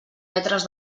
metres